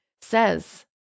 says